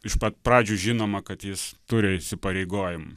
iš pat pradžių žinoma kad jis turi įsipareigojimų